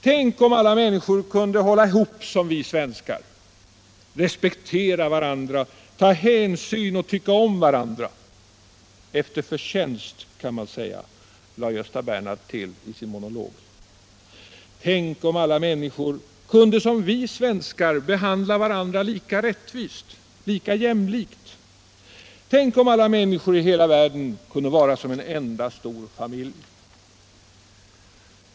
Tänk om alla kunde hålla ihop som vi svenskar, respektera varandra, ta hänsyn och tycka om varandra — efter förtjänst, lade Gösta Bernhard till i sin monolog. Tänk om alla människor kunde som vi svenskar behandla varandra lika rättvist, lika jämlikt. Tänk om alla människor i hela världen kunde vara som en enda stor familj.